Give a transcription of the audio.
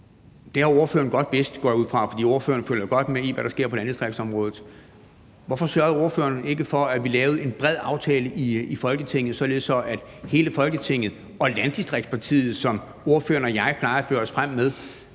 går jeg ud fra, for ordføreren følger jo godt med i, hvad der sker på landdistriktsområdet. Hvorfor sørgede ordføreren ikke for, at vi lavede en bred aftale i Folketinget, således at hele Folketinget og landdistriktspartiet, som ordføreren og jeg plejer at føre os frem som,